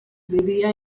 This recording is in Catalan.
vivia